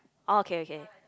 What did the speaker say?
orh okay okay